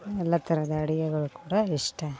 ಎಲ್ಲ ಥರದ ಅಡಿಗೆಗಳು ಕೂಡ ಇಷ್ಟ